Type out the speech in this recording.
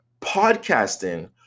Podcasting